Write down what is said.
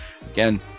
Again